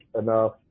enough